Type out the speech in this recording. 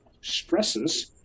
stresses